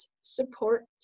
support